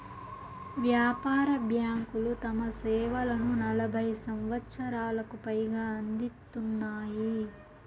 వ్యాపార బ్యాంకులు తమ సేవలను నలభై సంవచ్చరాలకు పైగా అందిత్తున్నాయి